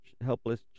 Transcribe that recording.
helpless